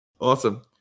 Awesome